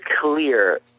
clear